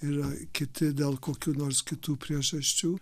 yra kiti dėl kokių nors kitų priežasčių